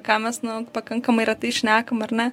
ką mes nu pakankamai retai šnekam ar ne